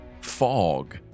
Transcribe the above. fog